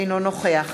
אינו נוכח